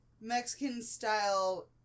Mexican-style